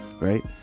right